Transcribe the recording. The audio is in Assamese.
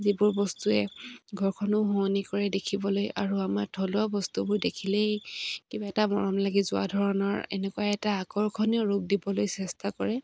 যিবোৰ বস্তুৱে ঘৰখনো শুৱনি কৰে দেখিবলৈ আৰু আমাৰ থলুৱা বস্তুবোৰ দেখিলেই কিবা এটা মৰম লাগে যোৱা ধৰণৰ এনেকুৱা এটা আকৰ্ষণীয় ৰূপ দিবলৈ চেষ্টা কৰে